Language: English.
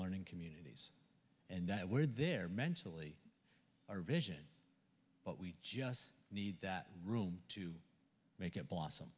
learning community and that we're there mentally or vision but we just need that room to make it blossom